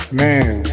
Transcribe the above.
man